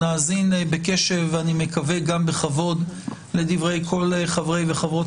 נאזין בקשב ואני מקווה גם בכבוד לדברי כל חברי וחברות